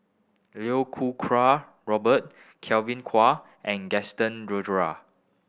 Iau Ku Kwa Robert Kevin Kwa and Gaston